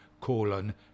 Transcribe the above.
colon